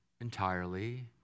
entirely